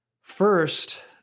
first